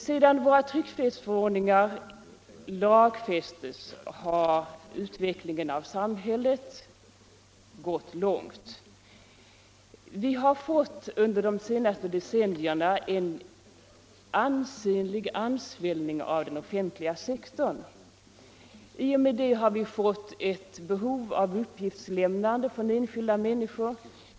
Sedan våra tryckfrihetsförordningar lagfästes har utvecklingen av samhället gått långt. Vi har under de senaste decennierna fått en ansenlig ansvällning av den offentliga sektorn. I och med det har vi fått behov av uppgiftslämnande från enskilda människor.